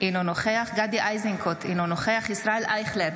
אינו נוכח גדי איזנקוט, אינו נוכח ישראל אייכלר,